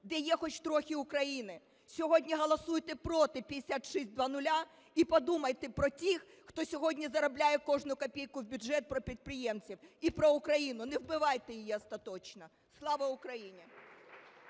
де є хоч трохи України, сьогодні голосуйте проти 5600 і подумайте про тих, хто сьогодні заробляє кожну копійку в бюджет, про підприємців, і про Україну. Не вбивайте її остаточно! Слава Україні!